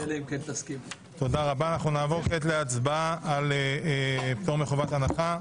נעבור להצבעה על פטור מחובת הנחה.